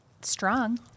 strong